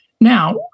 Now